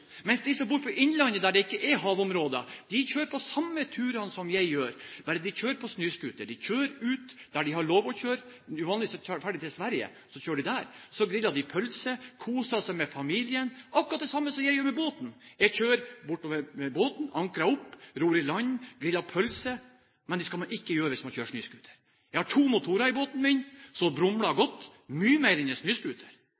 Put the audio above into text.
mens de som bor i innlandet, der det ikke er havområder, kjører de samme turene som jeg gjør, bare at de kjører på snøscooter. De kjører der de har lov til å kjøre, men vanligvis drar de til Sverige og kjører der. Så griller de pølser og koser seg med familien – akkurat det samme som jeg gjør med båten. Jeg kjører bortover med båten, ankrer opp, ror i land, griller pølser – men det skal man ikke gjøre hvis man kjører snøscooter. Jeg har to motorer i båten min,